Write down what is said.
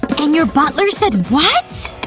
and your butler said what!